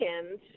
second